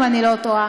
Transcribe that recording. אם אני לא טועה.